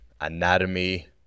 anatomy